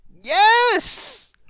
Yes